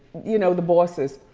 you know the bosses.